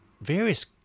various